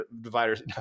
dividers